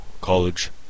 college